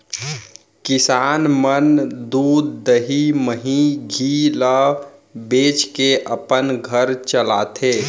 किसान मन दूद, दही, मही, घींव ल बेचके अपन घर चलाथें